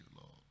Lord